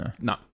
No